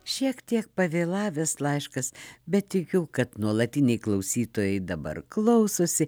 šiek tiek pavėlavęs laiškas bet tikiu kad nuolatiniai klausytojai dabar klausosi